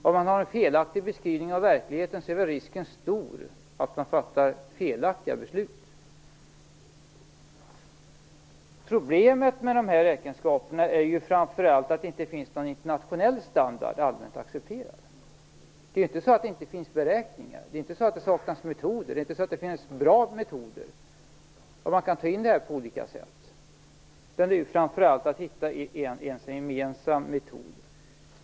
Om man har en felaktig beskrivning av verkligheten är väl risken stor att man fattar felaktiga beslut. Problemet med de här räkenskaperna är framför allt att det inte finns någon internationell standard som är allmänt accepterad. Det är inte så att det inte finns beräkningar. Det är inte så att det saknas metoder. Det är inte så att det finns bra metoder, där detta kan tas in på olika sätt, utan det handlar framför allt om att hitta en gemensam metod.